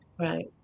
Right